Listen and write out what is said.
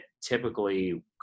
typically